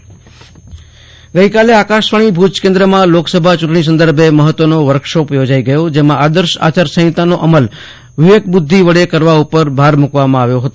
આસુતોષ અંતાણી આકાશવાણી ભુજ કેન્દ્ર ગઈકાલે આકાશવાણી ભુજ કેન્દ્રમાં લોકસભા ચુંટણી સંદર્ભે મહત્વનો વર્કશોપ યોજાઈ ગયો જેમાં આદર્શ આચારસંહિતા નો અમલ વિવેકબ્રદ્ધિ વડે કરવા ઉપર ભાર મૂકવામાં આવ્યો હતો